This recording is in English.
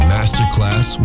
Masterclass